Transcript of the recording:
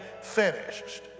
finished